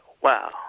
wow